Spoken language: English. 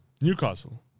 Newcastle